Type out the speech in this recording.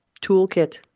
toolkit